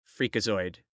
Freakazoid